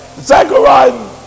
Zachariah